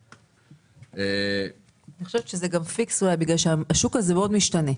אני חושבת שזה פיקס אולי בגלל שהשוק הזה מאוד משתנה.